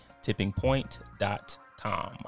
tippingpoint.com